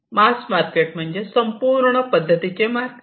मास market म्हणजे संपूर्ण पद्धतीचे मार्केट